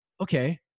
okay